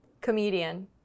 Comedian